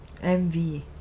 MV